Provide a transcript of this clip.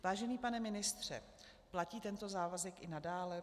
Vážený pane ministře, platí tento závazek i nadále?